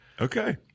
Okay